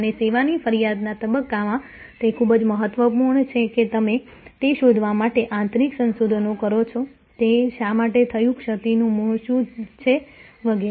અને સેવાની ફરિયાદના તબક્કામાં તે ખૂબ જ મહત્વપૂર્ણ છે કે તમે તે શોધવા માટે આંતરિક સંશોધન કરો છો તે શા માટે થયું ક્ષતિનું મૂળ શું છે વગેરે